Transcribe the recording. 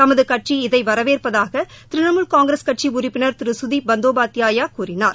தமது கட்சி இதை வரவேற்பதாக திரிணமூல் காங்கிரஸ் கட்சி உறுப்பினர் திரு கதிப் பந்தோபாத்தியாயா கூறினார்